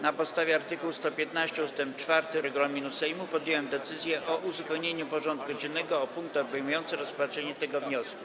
Na podstawie art. 115 ust. 4 regulaminu Sejmu podjąłem decyzję o uzupełnieniu porządku dziennego o punkt obejmujący rozpatrzenie tego wniosku.